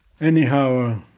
Anyhow